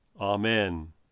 Amen